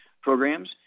programs